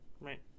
Right